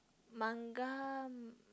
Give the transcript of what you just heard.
manga